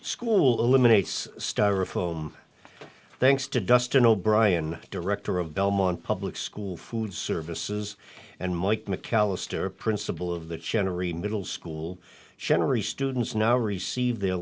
school eliminates styrofoam thanks to dustin o'brien director of belmont public school food services and mike mcallister principal of the generally middle school generally students now receive their